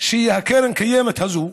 שקרן הקיימת הזאת,